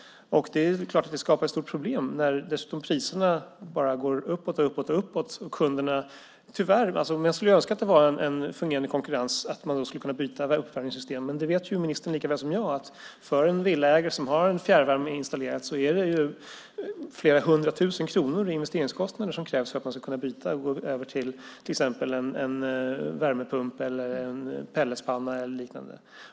Det är klart att det skapar ett stort problem när dessutom priserna bara går uppåt och uppåt. Jag skulle önska att det var en fungerande konkurrens och att man skulle kunna byta uppvärmningssystem. Ministern vet lika väl som jag att för en villaägare som har fjärrvärme installerad är det investeringskostnader på flera hundratusen kronor som krävs för att man ska kunna byta och till exempel gå över till en värmepump, en pelletspanna eller liknande.